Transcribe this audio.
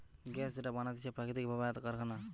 gas যেটা বানাতিছে প্রাকৃতিক ভাবে তার কারখানা